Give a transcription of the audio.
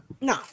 No